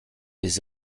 les